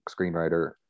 screenwriter